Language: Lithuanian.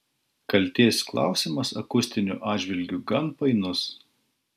kaltės klausimas akustiniu atžvilgiu gan painus